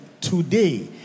Today